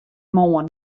moarn